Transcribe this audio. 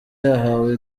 yahawe